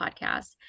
podcast